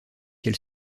quel